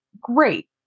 great